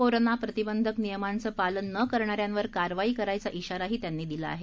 corona प्रतिबंधक नियमांच पालन न करणाऱ्यांवर कारवाई करायचा शिवाही यादव यांनी दिला आहे